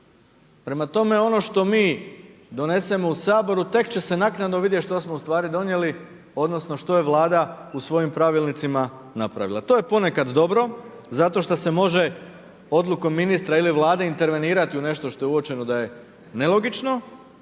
Prema tome, ono što mi donesemo u Saboru, tek će se naknadno vidjeti što smo ustvari donijeli odnosno, što je vlada u svojim pravilnicima napravila. To je ponekad dobro, zato što se može odlukom ministra ili Vlade intervenirati u nešto što je uočeno da je nelogično,